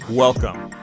Welcome